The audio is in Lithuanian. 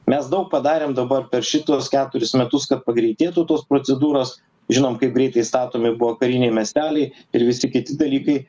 mes daug padarėm dabar per šituos keturis metus kad pagreitėtų tos procedūros žinom kaip greitai statomi buvo kariniai miesteliai ir visi kiti dalykai